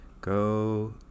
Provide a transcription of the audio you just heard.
Go